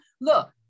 Look